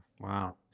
Wow